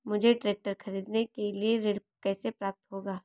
मुझे ट्रैक्टर खरीदने के लिए ऋण कैसे प्राप्त होगा?